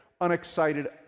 unexcited